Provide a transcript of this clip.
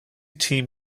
team